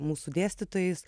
mūsų dėstytojais